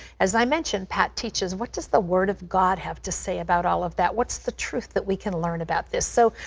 as i mentioned, pat teaches what does the word of god have to say about all of that. what's the truth that we can learn about this? so,